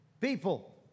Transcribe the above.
people